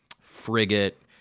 frigate